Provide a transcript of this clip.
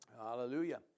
Hallelujah